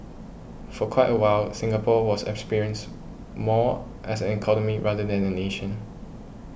for quite a while Singapore was experienced more as an economy rather than a nation